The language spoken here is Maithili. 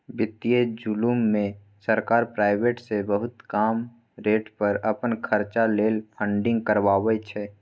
बित्तीय जुलुम मे सरकार प्राइबेट सँ बहुत कम रेट पर अपन खरचा लेल फंडिंग करबाबै छै